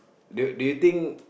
do do you think